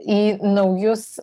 į naujus